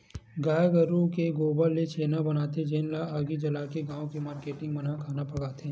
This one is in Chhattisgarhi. गाये गरूय के गोबर ले छेना बनाथे जेन ल आगी जलाके गाँव के मारकेटिंग मन ह खाना पकाथे